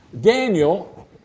Daniel